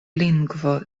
lingvo